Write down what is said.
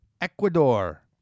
Ecuador